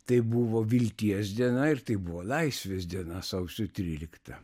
tai buvo vilties diena ir tai buvo laisvės diena sausio trylikta